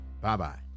Bye-bye